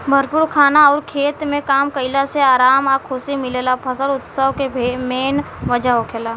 भरपूर खाना अउर खेत में काम कईला से आराम आ खुशी मिलेला फसल उत्सव के मेन वजह होखेला